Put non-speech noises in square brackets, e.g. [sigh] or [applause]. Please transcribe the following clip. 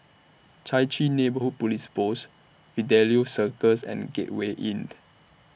Chai Chee Neighbourhood Police Post Fidelio Circus and Gateway Inn [noise]